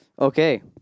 Okay